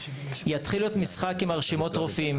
יתחילו את המשחק עם רשימות הרופאים.